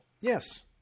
Yes